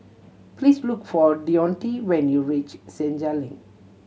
please look for Deonte when you reach Senja Link